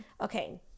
Okay